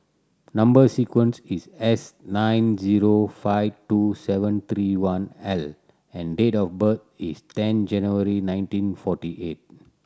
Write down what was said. number sequence is S nine zero five two seven three one L and date of birth is ten January nineteen forty eight